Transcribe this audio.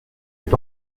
est